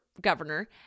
governor